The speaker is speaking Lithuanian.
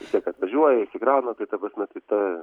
vis tiek atvažiuoja išsikrauna tai ta prasme tai ta